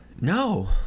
No